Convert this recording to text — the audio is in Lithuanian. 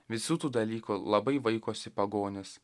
visų tų dalykų labai vaikosi pagonys